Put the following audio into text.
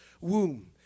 womb